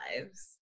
lives